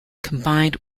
combined